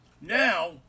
Now